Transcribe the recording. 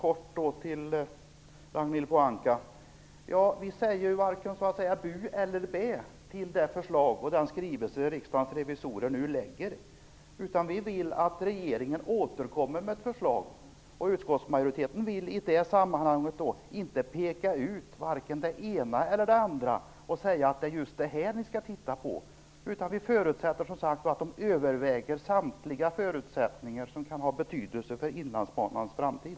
Fru talman! Vi säger ju varken bu eller bä, Ragnhild Pohanka, till det förslag som Riksdagens revisorer nu lägger. Vi vill att regeringen återkommer med ett förslag. Utskottsmajoriteten vill i det sammanhanget inte peka ut vare sig det ena eller det andra, och säga att det är just det här ni skall titta på. Vi förutsätter att man överväger samtliga förutsättningar som kan ha betydelse för Inlandsbanans framtid.